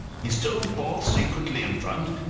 he stole forth secretly in front,